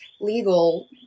legal